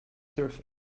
surface